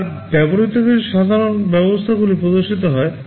আবার ব্যবহৃত কিছু সাধারণ ব্যবস্থাগুলি প্রদর্শিত হয়